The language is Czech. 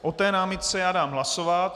O té námitce já dám hlasovat.